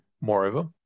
Moreover